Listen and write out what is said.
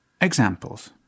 Examples